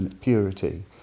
purity